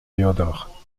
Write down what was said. léonard